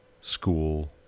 school